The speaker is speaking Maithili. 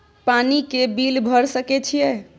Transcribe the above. पानी के बिल भर सके छियै?